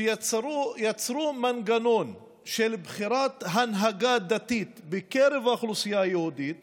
שיצרו מנגנון של בחירת הנהגה דתית בקרב האוכלוסייה היהודית